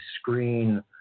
screen